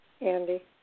Andy